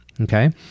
Okay